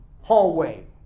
hallway